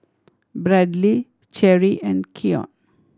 Bradly Cheri and Keion